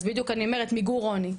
אז בדיוק אני אומרת, מיגור עוני.